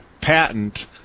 patent